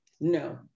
No